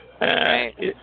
right